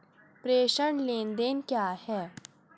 प्रेषण लेनदेन क्या है?